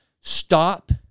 Stop